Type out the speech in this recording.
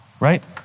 right